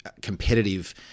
Competitive